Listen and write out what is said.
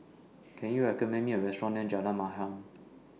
Can YOU recommend Me A Restaurant near Jalan Maha